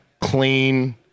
clean